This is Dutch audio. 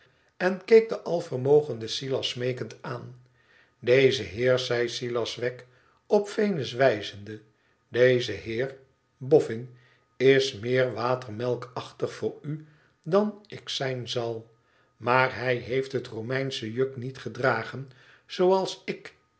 en keek den alvermogenden silas smeekend aan deze heer zei suas wegg op venus wijzende deze heer boffin is meer waterenmelkachtig voor u dan ik zijn zal maar hij heeft het romeinsche juk niet gedragen zooals ik